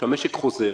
כשהמשק יחזור,